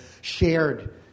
shared